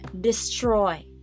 destroy